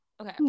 Okay